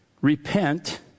repent